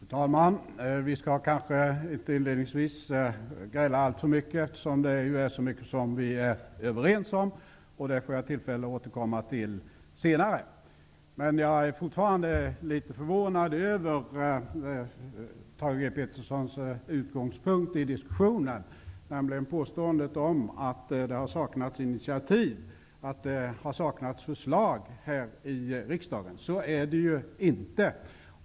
Fru talman! Vi skall inledningsvis kanske inte gräla alltför mycket, eftersom det är så mycket som vi är överens om. Det får jag tillfälle att återkomma till senare. Men jag är fortfarande litet förvånad över Thage G. Petersons utgångspunkt i diskussionen, nämligen påståendet om att det har saknats initiativ och förslag här i riksdagen. Så är det ju inte.